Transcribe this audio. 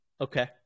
Okay